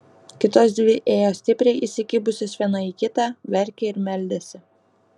kitos dvi ėjo stipriai įsikibusios viena į kitą verkė ir meldėsi